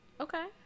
Okay